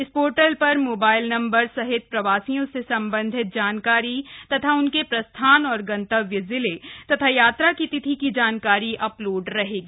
इस पोर्टल पर mobile number सहित प्रवासियों से संबंधित जानकारी तथा उनके प्रस्थान और गंतव्य जिले तथा यात्रा की तिथि की जानकारी अपलोड रहेगी